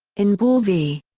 in ball v.